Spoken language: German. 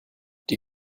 die